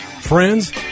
Friends